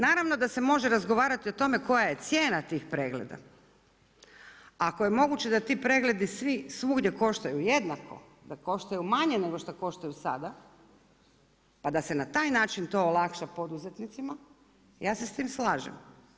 Naravno, da se može razgovarati o tome koja je cijena tih pregleda, ako je moguće da ti pregledi svugdje koštaju jednako, da koštaju manje nego što koštaju sada, pa da se na taj način to olakša poduzetnicima, ja se s tim slažem.